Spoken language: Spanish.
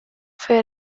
fue